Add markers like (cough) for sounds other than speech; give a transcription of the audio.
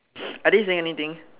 (noise) are they saying anything